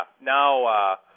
now –